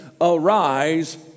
arise